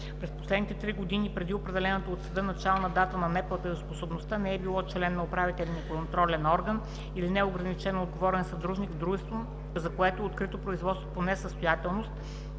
през последните три години преди определената от съда начална дата на неплатежоспособността не е било член на управителен или контролен орган или неограничено отговорен съдружник в дружество, за което е открито производство по несъстоятелност,